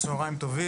צוהריים טובים.